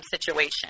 situation